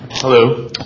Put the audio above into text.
Hello